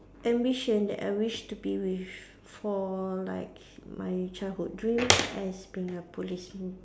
ambition that I wish to be with for like my childhood dream as being a police m~